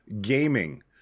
gaming